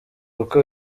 uko